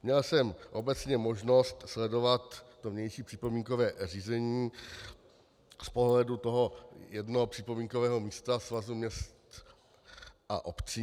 Měl jsem obecně možnost sledovat vnější připomínkové řízení z pohledu jednoho připomínkového místa Svazu měst a obcí.